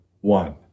one